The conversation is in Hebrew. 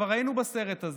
כבר היינו בסרט הזה.